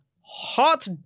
Hot